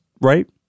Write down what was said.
right